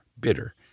bitter